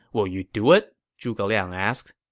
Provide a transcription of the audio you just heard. will you do it? zhuge liang asked